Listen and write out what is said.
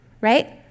Right